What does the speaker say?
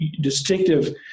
distinctive